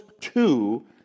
two